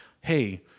hey